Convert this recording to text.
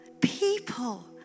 people